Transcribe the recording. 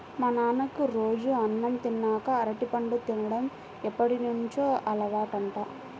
మా నాన్నకి రోజూ అన్నం తిన్నాక అరటిపండు తిన్డం ఎప్పటినుంచో అలవాటంట